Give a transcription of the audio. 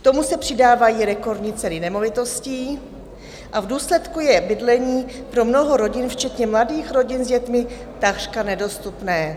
K tomu se přidávají rekordní ceny nemovitostí a v důsledku je bydlení pro mnoho rodin, včetně mladých rodin s dětmi, takřka nedostupné.